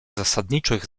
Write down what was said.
zasadniczych